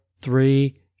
three